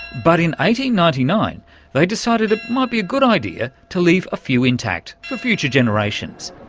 but ninety ninety nine they decided it might be a good idea to leave a few intact for future generations.